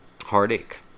heartache